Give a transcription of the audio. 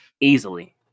Easily